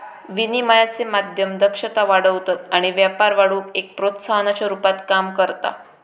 विनिमयाचे माध्यम दक्षता वाढवतत आणि व्यापार वाढवुक एक प्रोत्साहनाच्या रुपात काम करता